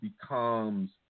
becomes